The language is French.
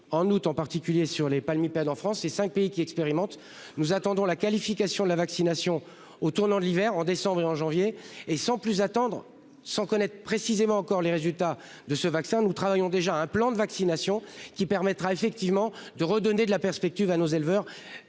en août en particulier sur les palmipèdes en France ces 5 pays qui expérimente, nous attendons la qualification de la vaccination au tournant de l'hiver en décembre et en janvier et sans plus attendre sans connaître précisément encore les résultats de ce vaccin nous travaillons déjà un plan de vaccination qui permettra effectivement de redonner de la perspective à nos éleveurs